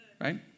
Right